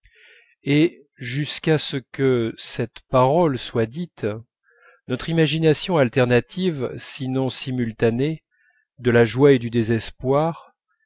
et jusqu'à ce que cette parole soit dite notre imagination alternative sinon simultanée de la joie et du désespoir